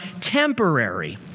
temporary